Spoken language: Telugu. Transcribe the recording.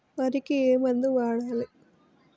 వరికి ఏ మందు వాడాలి?